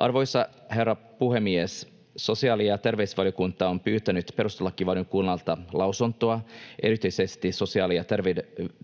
Arvoisa herra puhemies! Sosiaali- ja terveysvaliokunta on pyytänyt perustuslakivaliokunnalta lausuntoa erityisesti sosiaali- ja